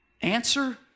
Answer